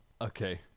okay